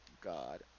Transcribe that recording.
God